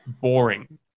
boring